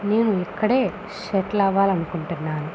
మేము ఇక్కడ షెటిల్ అవ్వాలి అనుకుంటున్నాను